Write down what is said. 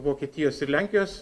vokietijos ir lenkijos